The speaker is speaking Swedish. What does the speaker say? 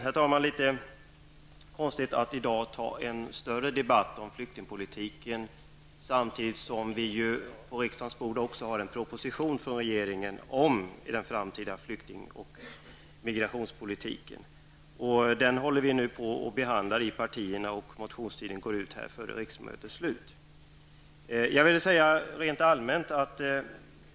Det blir också konstigt att i dag ta en större debatt om flyktingpolitiken samtidigt som det på riksdagens bord finns en proposition från regeringen om den framtida flykting och migrationspolitiken. Frågan behandlas nu i partierna, och motionstiden går ut före riksmötets slut.